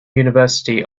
university